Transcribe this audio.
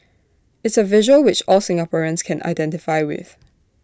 it's A visual which all Singaporeans can identify with